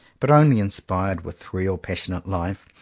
but only inspired with real passionate life,